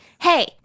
Hey